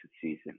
season